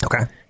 Okay